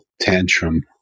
tantrum